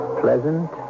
pleasant